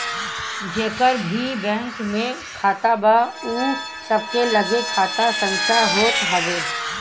जेकर भी बैंक में खाता बा उ सबके लगे खाता संख्या होत हअ